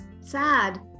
sad